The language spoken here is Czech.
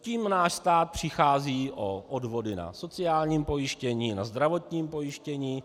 Tím náš stát přichází o odvody na sociálním pojištění, na zdravotním pojištění.